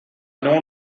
non